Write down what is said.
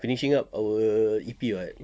finishing up our E_P [what]